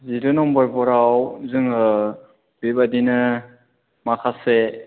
जिद' नमबेम्बराव जोङो बेबादिनो माखासे